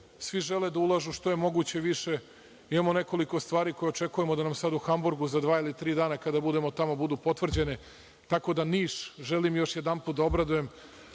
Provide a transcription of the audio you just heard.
Svi žele da ulažu što je moguće više. Imamo nekoliko stvari koje očekujemo da nam sad u Hamburgu za dva ili tri dana kada budemo tamo budu potvrđene. Tako da Niš želim još jedanput da obradujem.